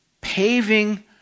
paving